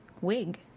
wig